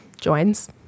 joins